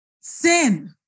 sin